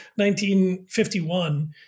1951